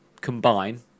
combine